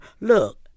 look